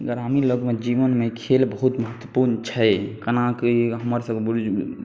ग्रामीण लोगमे जीवनमे खेल बहुत महत्वपूर्ण छै कनाकी हमर सबके बुजुर्ग